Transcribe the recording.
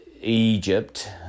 Egypt